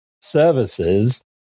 services